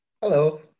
Hello